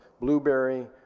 blueberry